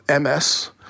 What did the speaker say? MS